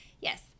yes